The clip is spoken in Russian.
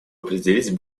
определить